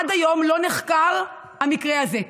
עד היום לא נחקר המקרה הזה.